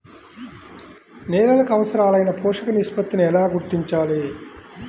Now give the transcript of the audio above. నేలలకు అవసరాలైన పోషక నిష్పత్తిని ఎలా గుర్తించాలి?